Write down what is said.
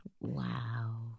Wow